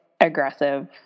aggressive